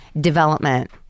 development